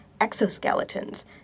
exoskeletons